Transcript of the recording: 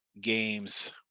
games